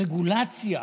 רגולציה